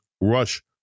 rush